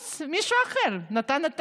אז מישהו אחר נתן.